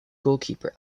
goalkeeper